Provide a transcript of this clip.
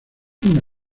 una